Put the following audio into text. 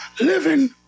living